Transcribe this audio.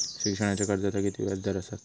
शिक्षणाच्या कर्जाचा किती व्याजदर असात?